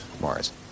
Mars